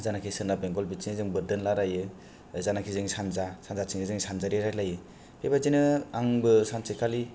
जानाखि सोनाब बेंगल बेथिं जों बोददोन रायलायो जानखि जों सानजा सानजाथिं जों सानजारि रायलायो बेबायदिनो आंबो सानसेखालि